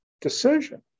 decision